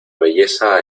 belleza